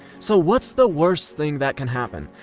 so what's the worst thing that can happen?